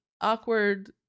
awkward